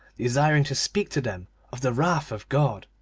desiring to speak to them of the wrath of god.